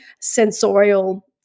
sensorial